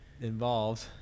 involved